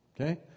Okay